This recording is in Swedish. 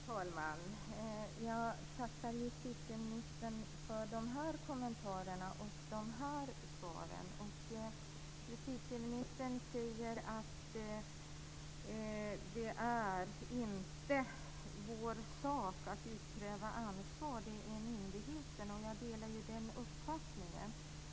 Fru talman! Jag tackar justitieministern för dessa kommentarer och dessa svar. Justitieministern säger att det inte är vår sak att utkräva ansvar utan att det är myndigheternas sak. Jag delar den uppfattningen.